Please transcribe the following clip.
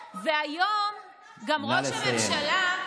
והיום, אבל, גם ראש הממשלה,